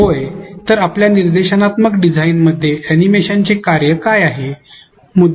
जर होय तर आपल्या निर्देशात्मक डिझाइनमध्ये अॅनिमेशनचे कार्य काय आहे